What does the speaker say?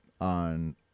on